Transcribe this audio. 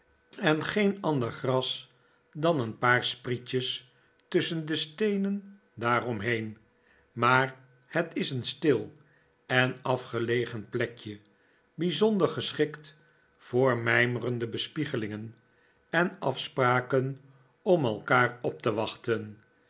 en geen ander gras dan een paar sprietjes tusschen de steenen daar om heen maar het is een stil en afgelegen plekje bijzonder geschikt voor mijmerende bespiegelingen en afspraken om elkaar op te wachten